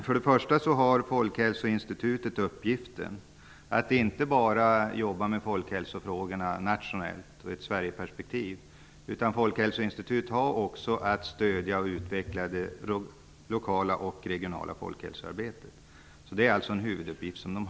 För det första vill jag säga att Folkhälsoinstitutet inte bara har uppgiften att jobba med folkhälsofrågorna nationellt - i ett Sverigeperspektiv - utan också att stödja och utveckla det lokala och regionala folkhälsoarbetet. Det är alltså en huvuduppgift man har.